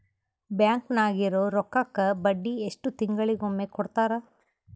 Bank ನಾಗಿರೋ ರೊಕ್ಕಕ್ಕ ಬಡ್ಡಿ ಎಷ್ಟು ತಿಂಗಳಿಗೊಮ್ಮೆ ಕೊಡ್ತಾರ?